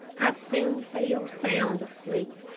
i soon fell sound asleep,